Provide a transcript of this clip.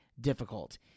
difficult